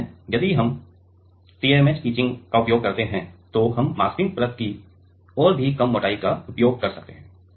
इसलिए यदि हम TMAH इचिंग का उपयोग करते हैं तो हम मास्किंग परत की और भी कम मोटाई का उपयोग कर सकते हैं